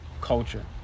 culture